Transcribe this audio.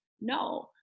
no